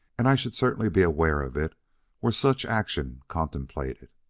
and i should certainly be aware of it were such action contemplated.